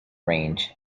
range